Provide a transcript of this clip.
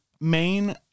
main